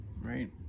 Right